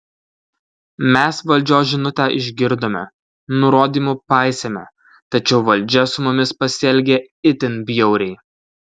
mes valdžios žinutę išgirdome nurodymų paisėme tačiau valdžia su mumis pasielgė itin bjauriai